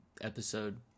episode